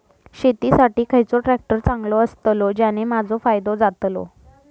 शेती साठी खयचो ट्रॅक्टर चांगलो अस्तलो ज्याने माजो फायदो जातलो?